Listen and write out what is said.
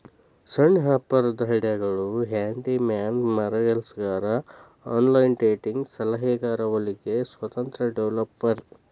ಸಣ್ಣ ವ್ಯಾಪಾರದ್ ಐಡಿಯಾಗಳು ಹ್ಯಾಂಡಿ ಮ್ಯಾನ್ ಮರಗೆಲಸಗಾರ ಆನ್ಲೈನ್ ಡೇಟಿಂಗ್ ಸಲಹೆಗಾರ ಹೊಲಿಗೆ ಸ್ವತಂತ್ರ ಡೆವೆಲಪರ್